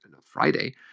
Friday